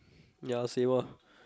ya same ah